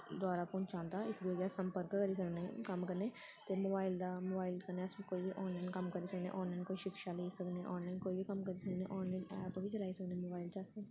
दबारा पहुंचांदा इक दूए गी अस संपर्क करी सकनें कम्म कन्नै ते मोबाइल दा मोबाइल कन्नै अस कोई बी आनलाइन कम्म करी सकने आनलाइ न कोई शिक्षा लेई सकने आनलाइन कोई बी कम्म करी सकने आनलाइन ऐप बी चलाई सकने मोबाइल च अस